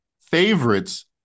favorites